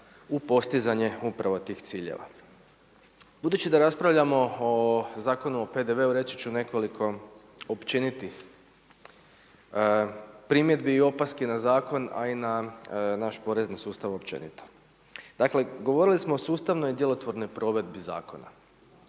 u postizanje upravo tih ciljeva. Budući da raspravljamo o Zakonu o PDV-u reći ću nekoliko općenitih primjedbi i opaski na zakon a i na naš porezni sustav općenito. Dakle govorili smo o sustavnoj djelotvornoj provedbi zakona.